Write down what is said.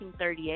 1938